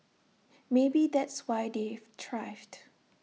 maybe that's why they've thrived